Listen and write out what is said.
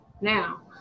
now